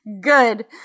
Good